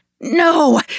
No